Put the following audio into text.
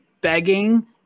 begging